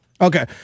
Okay